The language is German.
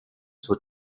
zur